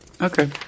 okay